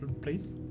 please